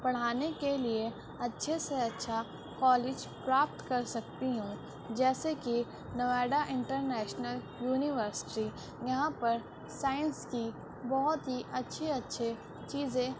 پڑھانے کے لیے اچھے سے اچھا کالج پراپت کر سکتی ہوں جیسے کہ نوئیڈا انٹرنیشنل یونیورسٹی یہاں پر سائنس کی بہت ہی اچھے اچھے چیزیں